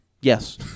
Yes